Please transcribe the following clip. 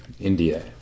India